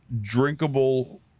drinkable